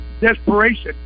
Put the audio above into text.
desperation